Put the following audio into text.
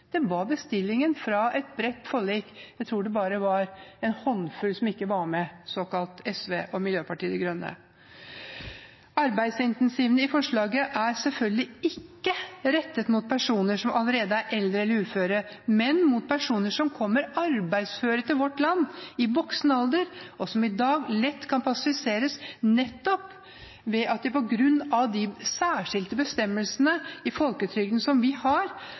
Det var bestillingen fra et bredt forlik. Jeg tror det bare var en håndfull representanter som ikke var med, fra SV og Miljøpartiet De Grønne. Arbeidsincentivene i forslaget er selvfølgelig ikke rettet mot personer som allerede er eldre eller uføre, men mot personer som kommer arbeidsføre til vårt land, i voksen alder, og som i dag lett kan passiviseres nettopp fordi de på grunn av de særskilte bestemmelsene i folketrygden som vi har,